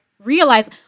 Realize